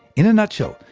in a nutshell,